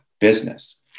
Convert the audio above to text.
business